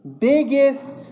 biggest